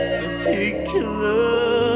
particular